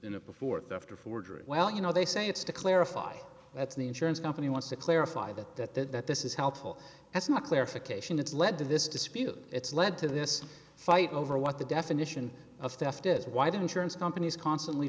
it before theft of forgery well you know they say it's to clarify that's the insurance company wants to clarify that that that that this is helpful that's not clarification it's led to this dispute it's led to this fight over what the definition of death is why didn't your companies constantly